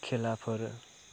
खेलाफोर